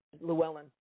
Llewellyn